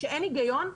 שאין היגיון.